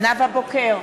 נאוה בוקר,